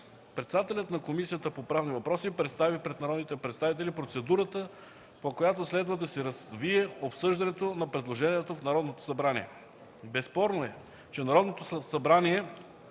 Председателят на Комисията по правни въпроси господин Четин Казак представи пред народните представители процедурата, по която следва да се развие обсъждането на предложението в Народното събрание. Безспорно е, че Народното събрание